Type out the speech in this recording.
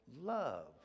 love